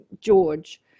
george